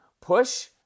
Push